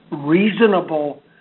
reasonable